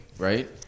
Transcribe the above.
Right